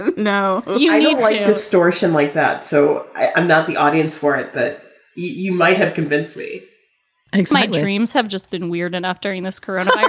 and no yeah yeah like distortion like that so i'm not the audience for it. you might have convinced me my dreams have just been weird enough during this career. and but